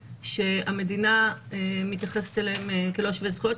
שהמדינה מתייחסת אליהם כלא שווי-זכויות.